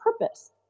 purpose